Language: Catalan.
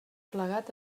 plegat